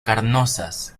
carnosas